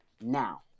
now